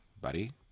buddy